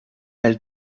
elle